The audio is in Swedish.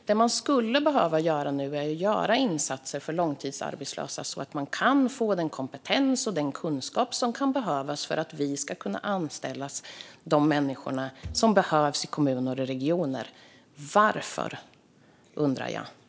Det som nu skulle behöva göras är insatser för långtidsarbetslösa så att de kan få den kompetens och den kunskap som kan behövas för att vi ska kunna anställa de människor som behövs i kommuner och regioner. Jag undrar varför man gör så, Jan Ericson.